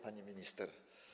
Pani Minister!